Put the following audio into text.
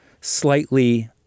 slightly